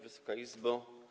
Wysoka Izbo!